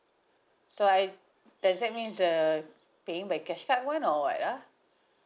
so I does that means the paying by cash card one or what ah